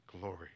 glory